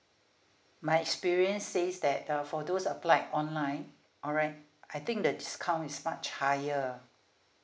my experience says that uh for those applied online alright I think the discount is much higher